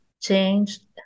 changed